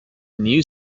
new